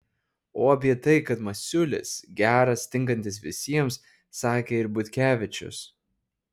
o apie tai kad masiulis geras tinkantis visiems sakė ir butkevičius